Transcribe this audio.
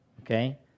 okay